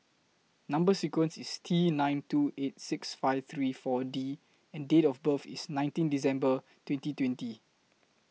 Number sequence IS T nine two eight six five three four D and Date of birth IS nineteen December twenty twenty